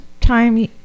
time